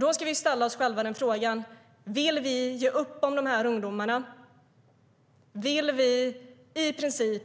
Då ska vi fråga oss själva: Vill vi ge upp om de här ungdomarna? Vill vi i princip